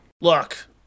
look